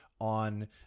on